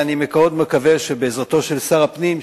אני מאוד מקווה שבעזרתו של שר הפנים,